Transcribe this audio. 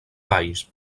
valls